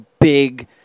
big